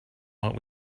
what